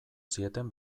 zieten